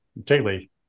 particularly